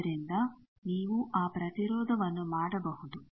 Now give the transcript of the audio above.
ಆದ್ದರಿಂದ ನೀವು ಆ ಪ್ರತಿರೋಧವನ್ನು ಮಾಡಬಹುದು